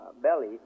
belly